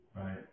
Right